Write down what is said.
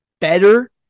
better